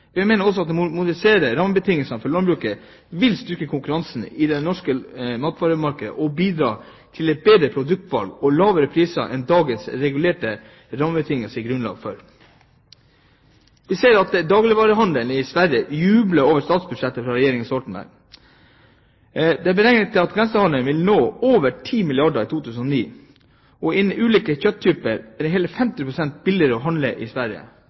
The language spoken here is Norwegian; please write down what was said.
Vi mener også at moderniserte rammebetingelser for landbruket vil styrke konkurransen i det norske matvaremarkedet og bidra til et bedre produktutvalg og lavere priser enn dagens regulerte rammebetingelser gir grunnlag for. Vi ser at dagligvarehandelen i Sverige jubler over statsbudsjettet fra regjeringen Stoltenberg. Det er beregnet at grensehandelen vil nå over 10 milliarder kr i 2009. Når det gjelder ulike kjøttyper, er det hele 50 pst. billigere å handle i Sverige.